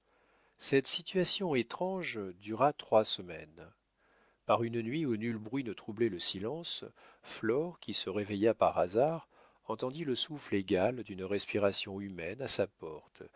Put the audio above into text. cette situation étrange dura trois semaines par une nuit où nul bruit ne troublait le silence flore qui se réveilla par hasard entendit le souffle égal d'une respiration humaine à sa porte